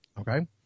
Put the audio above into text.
Okay